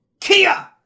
Kia